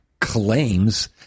claims